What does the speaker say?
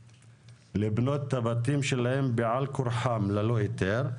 לבנות את הבתים שלהם בעל כורחם ללא היתר.